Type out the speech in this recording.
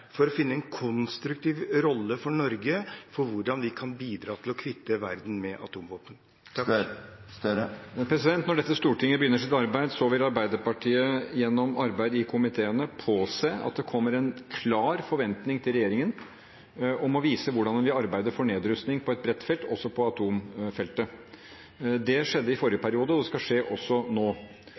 for å finne en konstruktiv rolle for Norge for hvordan vi kan bidra til at verden kvitter seg med atomvåpen. Når dette stortinget begynner sitt arbeid, vil Arbeiderpartiet gjennom arbeid i komiteene påse at det kommer en klar forventning til regjeringen om å vise hvordan den vil arbeide for nedrustning på et bredt felt, også på atomfeltet. Det skjedde i forrige periode, og skal skje også nå.